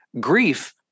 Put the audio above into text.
grief